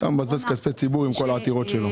סתם מבזבז כספי ציבור עם כל העתירות שלו.